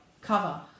cover